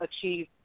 Achieve